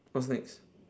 what's next